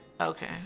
Okay